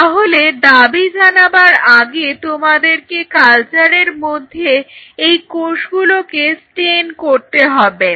তাহলে দাবি জানাবার আগে তোমাদেরকে কালচারের মধ্যে এই কোষগুলোকে স্টেন করতে হবে